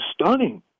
stunning